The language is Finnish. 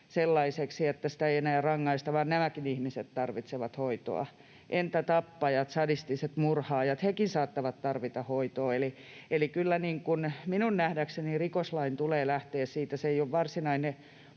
sellaiseksi, että siitä ei enää rangaista, vaan nämäkin ihmiset tarvitsevat hoitoa? Entä tappajat, sadistiset murhaajat? Hekin saattavat tarvita hoitoa. Eli kyllä minun nähdäkseni rikoslain tulee lähteä siitä, että se ei ole varsinainen